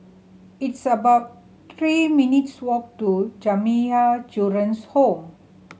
it's about three minutes' walk to Jamiyah Children's Home